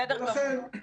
בסדר גמור.